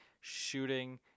shooting